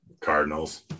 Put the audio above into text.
Cardinals